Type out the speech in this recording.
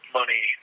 money